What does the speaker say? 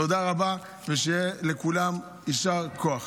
תודה רבה, ושיהיה לכולם יישר כוח.